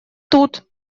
тут